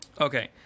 Okay